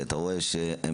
ואתה רואה שהם